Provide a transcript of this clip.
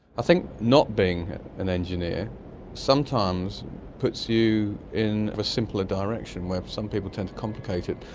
i think not being an engineer sometimes puts you in a simpler direction where some people tend to complicate it.